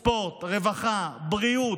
ספורט, רווחה, בריאות.